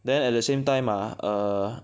then at the same time ah err